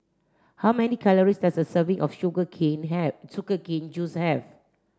how many calories does a serving of sugar have sugar cane juice have